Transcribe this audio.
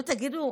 תגידו,